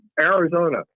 Arizona